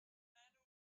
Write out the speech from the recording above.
matter